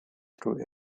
through